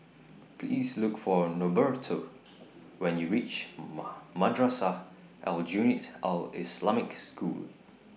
Please Look For Norberto when YOU REACH Madrasah Aljunied Al Islamic School